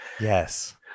Yes